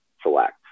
select